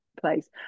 place